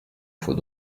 faut